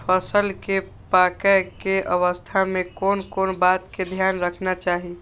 फसल के पाकैय के अवस्था में कोन कोन बात के ध्यान रखना चाही?